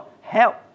help